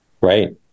right